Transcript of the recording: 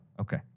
Okay